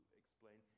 explain